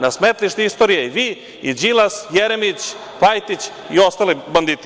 Na smetlište istorije i vi i Đilas, Jeremić, Pajtić i ostali banditi.